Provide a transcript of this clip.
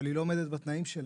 אבל היא לא עומדת בתנאים שלה.